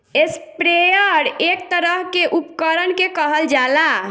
sprayer एक तरह के उपकरण के कहल जाला